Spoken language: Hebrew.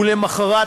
ולמחרת,